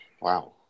Wow